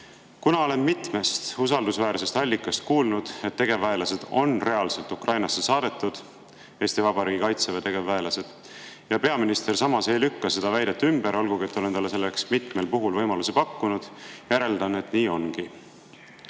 Kuna olen mitmest usaldusväärsest allikast kuulnud, et tegevväelased on reaalselt Ukrainasse saadetud – Eesti Vabariigi Kaitseväe tegevväelased –, ja peaminister samas ei lükka seda väidet ümber, olgugi et olen talle selleks mitmel puhul võimalusi pakkunud, järeldan, et nii